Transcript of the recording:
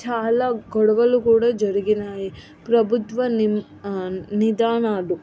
చాలా గొడవలు కూడా జరిగాయి ప్రభుత్వ నిమ్ విధానాలు